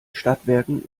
stadtwerken